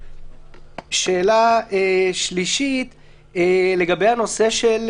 שאלה שלישית לגבי הנושא של